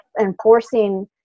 enforcing